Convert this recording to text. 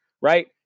right